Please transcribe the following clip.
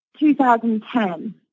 2010